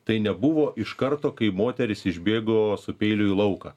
tai nebuvo iš karto kai moteris išbėgo su peiliu į lauką